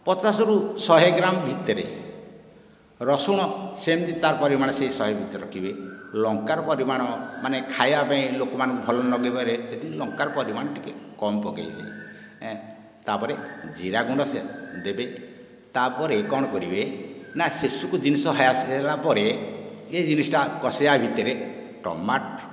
ପଚାଶ ରୁ ଶହେ ଗ୍ରାମ ଭିତରେ ରସୁଣ ସେମିତି ତା'ର ପରିମାଣ ସେହି ଶହେ ଭିତରେ ରଖିବେ ଲଙ୍କାର ପରିମାଣ ମାନେ ଖାଇବା ପାଇଁ ଲୋକଙ୍କୁ ଭଲ ନ ଲାଗିପାରେ ସେଥି ଲଙ୍କାର ପରିମାଣ ଟିକେ କମ୍ ପକାଇବେ ତା'ପରେ ଜିରା ଗୁଣ୍ଡ ଦେବେ ତା'ପରେ କ'ଣ କରିବେ ନା ଶେଷକୁ ଜିନିଷ ହେଲା ପରେ ଏହି ଜିନିଷଟା କଷିଲା ଭିତରେ ଟମାଟୋ